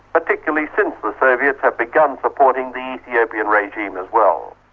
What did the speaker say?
particularly since the soviets have begun supporting the ethiopian regime as well.